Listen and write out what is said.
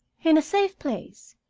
in a safe place,